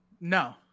No